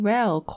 Rail